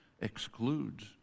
excludes